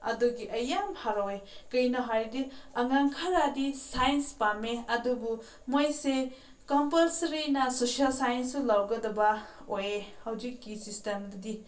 ꯑꯗꯨꯒꯤ ꯑꯩ ꯌꯥꯝ ꯍꯔꯥꯎꯏ ꯀꯔꯤꯒꯤꯅꯣ ꯍꯥꯏꯔꯗꯤ ꯑꯉꯥꯡ ꯈꯔꯗꯤ ꯁꯥꯏꯟꯁ ꯄꯥꯝꯃꯦ ꯑꯗꯨꯕꯨ ꯃꯣꯏꯁꯦ ꯀꯝꯄꯜꯁꯔꯤꯅ ꯁꯣꯁꯦꯜ ꯁꯥꯏꯟꯁꯨ ꯂꯧꯒꯗꯕ ꯑꯣꯏ ꯍꯧꯖꯤꯛꯀꯤ ꯁꯤꯁꯇꯦꯝꯗꯗꯤ